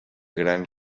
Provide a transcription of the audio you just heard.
gran